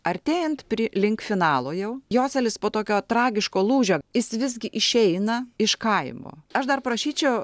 artėjant prie link finalo jau jozelis po tokio tragiško lūžio jis visgi išeina iš kaimo aš dar prašyčiau